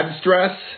stress